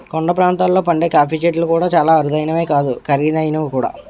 కొండ ప్రాంతాల్లో పండే కాఫీ చెట్లు చాలా అరుదైనవే కాదు ఖరీదైనవి కూడా